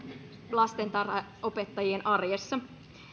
lastentarhanopettajien arjessa